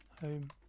home